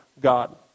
God